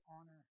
honor